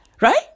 right